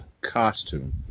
costume